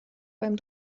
beim